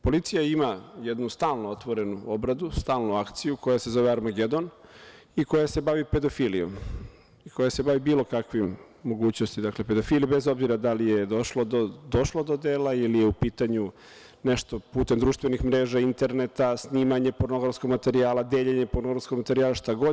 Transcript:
Policija ima jednu stalno otvorenu obradu, stalnu akciju, koja se zove „Armagedon“ i koja se bavi pedofilijom, koja se bavi bilo kakvim mogućnostima pedofilije, bez obzira da li je došlo do dela ili je u pitanju nešto putem društvenih mreža, interneta, snimanje pornografskog materijala, deljenje pornografskog materijala, šta god.